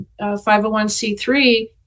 501c3